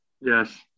Yes